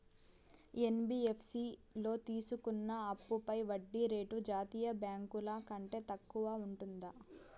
NBFC లో తీసుకున్న అప్పుపై వడ్డీ రేటు జాతీయ బ్యాంకు ల కంటే తక్కువ ఉంటుందా?